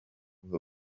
with